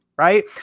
Right